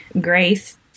Grace